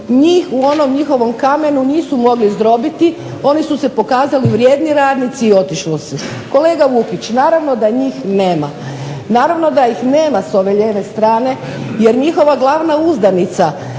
njih u onom njihovom kamenu nisu mogli zdrobiti, oni su se pokazali vrijedni radnici i otišli su. Kolega Vukić, naravno da njih nema. Naravno da ih nema s ove lijeve strane jer njihova glavna uzdanica